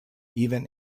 even